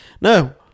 No